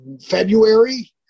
February